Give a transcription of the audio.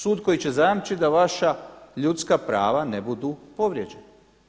Sud koji će zajamčiti da vaša ljudska prava ne budu povrijeđena.